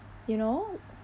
you know